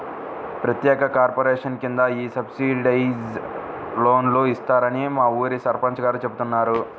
ప్రత్యేక కార్పొరేషన్ కింద ఈ సబ్సిడైజ్డ్ లోన్లు ఇస్తారని మా ఊరి సర్పంచ్ గారు చెబుతున్నారు